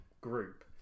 group